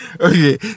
Okay